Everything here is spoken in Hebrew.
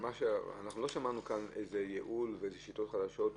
לא שמענו כאן על ייעול, על שיטות חדשות ואכיפה,